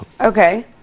Okay